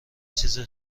چیز